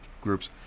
groups